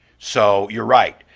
so, you're right.